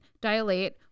dilate